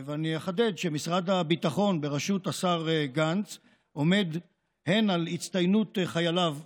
אחדד שמשרד הביטחון בראשות השר גנץ עומד גם על הצטיינות חייליו בקרב,